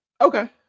Okay